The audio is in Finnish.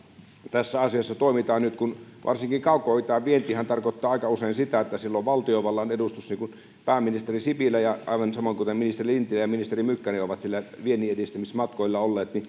tässä asiassa toimitaan nyt kun varsinkin kaukoitään vientihän tarkoittaa aika usein sitä että siellä on valtiovallan edustus niin kuin pääministeri sipilä aivan samoin kuten ministeri lintilä ja ministeri mykkänen ovat siellä vienninedistämismatkoilla olleet